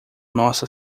nossa